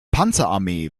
panzerarmee